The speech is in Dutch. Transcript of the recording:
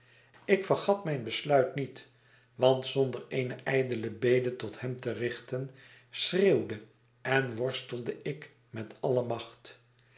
ik verga mijn besluit niet want zonder eene ijdele bede tot hem te richten schreeuwde en worstelde ik met alle macht